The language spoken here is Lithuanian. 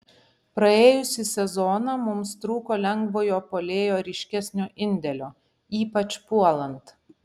praėjusį sezoną mums trūko lengvojo puolėjo ryškesnio indėlio ypač puolant